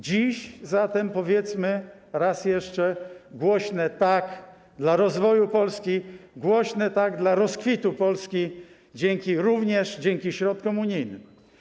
Dziś zatem powiedzmy raz jeszcze głośne „tak” dla rozwoju Polski, głośne „tak” dla rozkwitu Polski, również dzięki środkom unijnym.